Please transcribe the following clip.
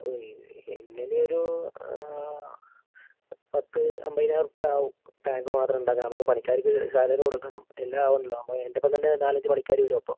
എങ്ങനെ ഒരു പത്ത് അമ്പതിനായിരം ഉർപ്യ ആവും ടാങ്ക് മാത്രം ഉണ്ടാക്കാൻ നമുക്ക് പണിക്കാർക്ക് സാലറി കൊടുക്കണം എല്ലാം ആവണല്ലൊ അപ്പം അതിൻ്റ ഒപ്പം തന്നെ നാലഞ്ച് പണിക്കാർ വരും അപ്പം